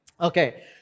Okay